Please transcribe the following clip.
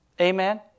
Amen